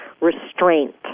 restraint